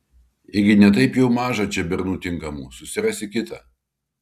ėgi ne taip jau maža čia bernų tinkamų susirasi kitą